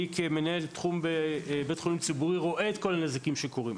אני כמנהל תחום בבית חולים ציבורי רואה את כל הנזקים שקורים.